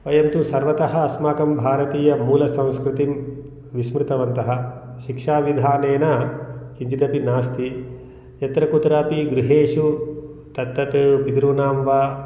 वयं तु सर्वतः अस्माकं भारतीयमूलसंस्कृतिं विस्मृतवन्तः शिक्षाविधानेन किञ्जिदपि नास्ति यत्र कुत्रापि गृहेषु तत्तत् विद्रूनां वा